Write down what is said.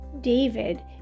David